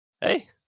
Hey